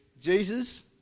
Jesus